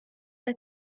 pas